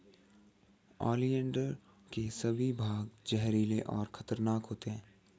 oleander के सभी भाग जहरीले और खतरनाक होते हैं